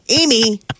Amy